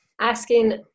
asking